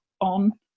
on